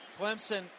Clemson